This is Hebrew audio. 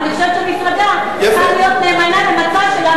אבל אני חושבת שהמפלגה צריכה להיות נאמנה למצע שלה,